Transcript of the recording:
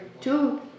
two